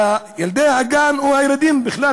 ילדי הגן או הילדים בכלל,